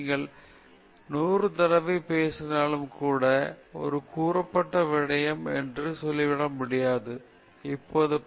நீங்கள் நூறு தடவை பேசினாலும் கூட அது கூறப்பட்ட விடயம் என்று சொல்ல முடியாது ஏனென்றால் புதிய சான்றுகள் இன்னும் கூடுதலான சரிவை உறுதிப்படுத்துகின்றன